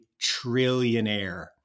trillionaire